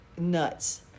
nuts